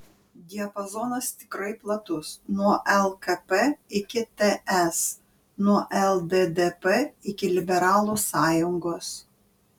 diapazonas tikrai platus nuo lkp iki ts nuo lddp iki liberalų sąjungos